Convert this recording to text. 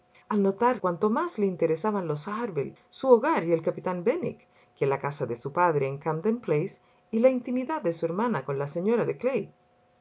al notar cuánto más le interesaban los harville su hogar y el capitán benwick que la casa de su padre en camden place y la intimidad de su hermana con la señora de